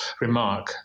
remark